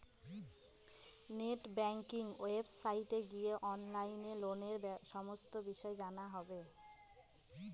net banking ওয়েবসাইটে গিয়ে অনলাইনে লোনের সমস্ত বিষয় জানা যাবে